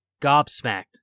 gobsmacked